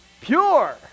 Pure